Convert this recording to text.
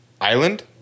island